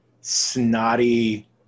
snotty